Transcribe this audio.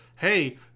Hey